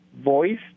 voice